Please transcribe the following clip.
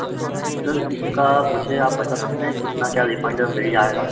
जी sir sir इसका मुझे आप बता सकते हैं कितना क्या रिफ़ंड मिल जाएगा